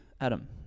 Adam